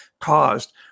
caused